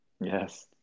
Yes